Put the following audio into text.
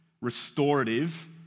restorative